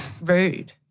rude